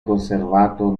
conservato